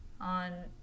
on